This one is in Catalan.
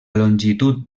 longitud